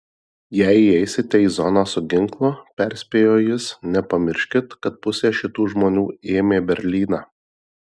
jei įeisite į zoną su ginklu perspėjo jis nepamirškit kad pusė šitų žmonių ėmė berlyną